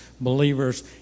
believers